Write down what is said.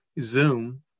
Zoom